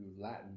Latin